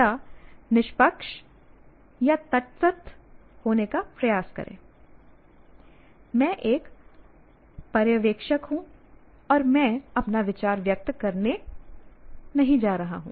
या निष्पक्ष या तटस्थ होने का प्रयास करें मैं एक पर्यवेक्षक हूं और मैं अपना विचार व्यक्त नहीं करने जा रहा हूं